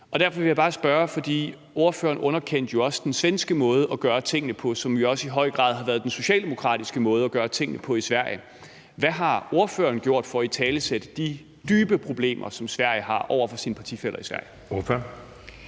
Derfor vil jeg bare spørge om noget, for ordføreren underkendte jo også den svenske måde at gøre tingene på, som jo også i høj grad har været den socialdemokratiske måde at gøre tingene på i Sverige. Hvad har ordføreren gjort for at italesætte de dybe problemer, som Sverige har, over for sine partifæller i Sverige? Kl.